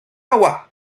agua